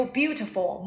beautiful